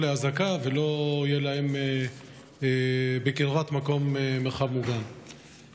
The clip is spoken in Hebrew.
לאזעקה ולא יהיה להם מרחב מוגן בקרבת מקום.